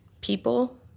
people